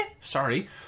Sorry